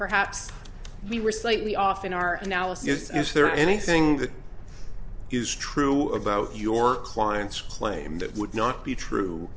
perhaps we were slightly off in our analysis is there anything that is true about your client's claim that would not be true